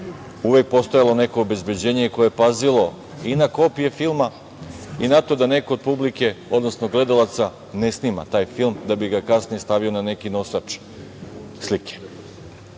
uvek postojalo neko obezbeđenje koje je pazilo i na kopije filma i na to da neko od publike odnosno gledalaca ne snima taj film, da bi ga kasnije stavio na neki nosač slike.